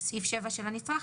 של הנצרך,